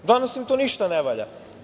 Danas im to ništa ne valja.